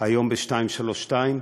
היום ב-232,